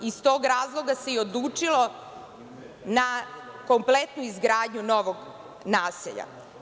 Iz tog razloga se i odlučilo na kompletnu izgradnju novog naselja.